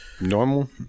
normal